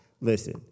Listen